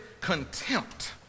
contempt